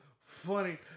funny